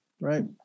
right